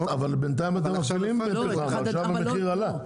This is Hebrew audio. אבל בינתיים אתם מפעילים אתן, ושם המחיר עלה.